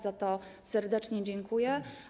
Za to serdecznie dziękuję.